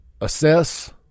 assess